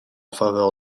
faveur